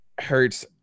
Hurts